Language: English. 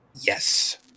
Yes